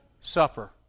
suffer